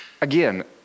Again